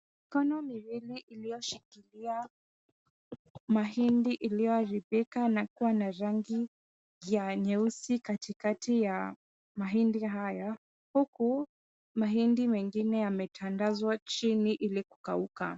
Mikono miwili iliyoshikilia mahindi iliyoharibika na kuwa na rangi ya nyeusi katikati ya mahindi haya, huku mahindi mengine yametandazwa chini ili kukauka.